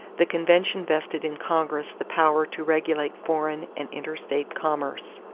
the convention vested in congress the power to regulate foreign and interstate commerce.